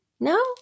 No